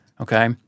okay